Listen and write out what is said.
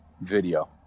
video